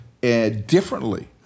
differently